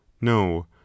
No